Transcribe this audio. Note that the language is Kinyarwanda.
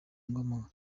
ngo